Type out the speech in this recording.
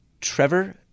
Trevor